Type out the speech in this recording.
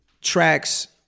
tracks